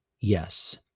yes